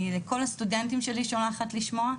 לכל הסטודנטים שלי אני שולחת לשמוע.